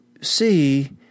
see